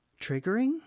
triggering